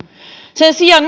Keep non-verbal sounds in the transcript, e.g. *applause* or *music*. sen sijaan *unintelligible*